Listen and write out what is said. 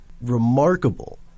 remarkable